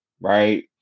right